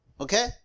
Okay